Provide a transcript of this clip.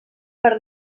per